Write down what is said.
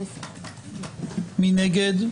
מי נגד?